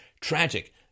tragic